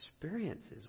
experiences